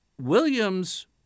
Williams